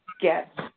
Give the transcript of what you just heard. get